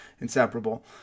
inseparable